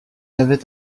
avait